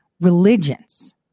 religions